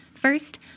First